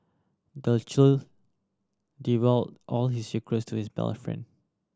the child all his secrets to his best friend